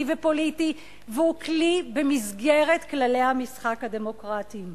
ופוליטי והוא כלי במסגרת כללי המשחק הדמוקרטיים.